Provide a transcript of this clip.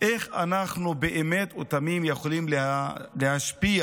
איך אנחנו באמת ובתמים יכולים להשפיע